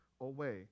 away